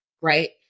right